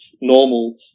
normal